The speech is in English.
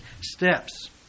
steps